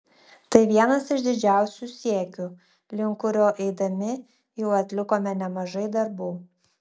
tai vienas iš didžiausių siekių link kurio eidami jau atlikome nemažai darbų